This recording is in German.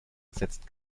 ersetzt